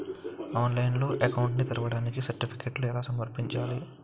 ఆన్లైన్లో అకౌంట్ ని తెరవడానికి సర్టిఫికెట్లను ఎలా సమర్పించాలి?